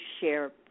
share